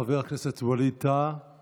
חבר הכנסת ווליד טאהא